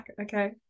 okay